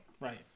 Right